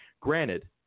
Granted